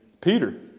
Peter